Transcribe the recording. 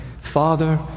Father